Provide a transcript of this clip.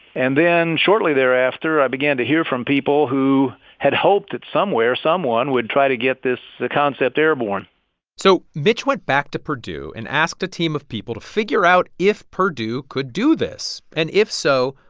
and then shortly thereafter, i began to hear from people who had hoped that somewhere someone would try to get this the concept airborne so mitch went back to purdue and asked a team of people to figure out if purdue could do this and, if so,